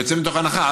אני יוצא מתוך הנחה,